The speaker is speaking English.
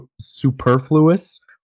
superfluous